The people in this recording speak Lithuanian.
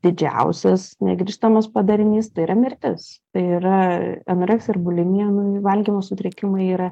didžiausias negrįžtamas padarinys tai yra mirtis tai yra anoreksija ar bulimija valgymo sutrikimai yra